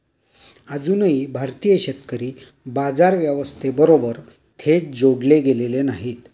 अजूनही भारतीय शेतकरी बाजार व्यवस्थेबरोबर थेट जोडले गेलेले नाहीत